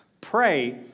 Pray